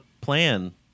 plan